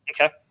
Okay